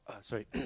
Sorry